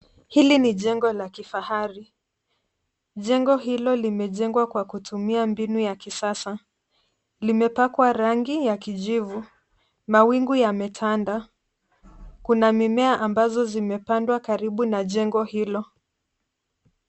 Hili ni jengo la kifahari. Jengo hilo limejengwa kwa kutumia mbinu ya kisasa. Limepakwa rangi ya kijivu, na mawingu yametanda angani. Kuna mimea iliyopandwa karibu na jengo hilo.